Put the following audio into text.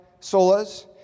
solas